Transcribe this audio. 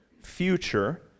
future